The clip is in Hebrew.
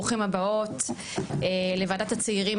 ברוכים וברוכות הבאות לוועדת הצעירים,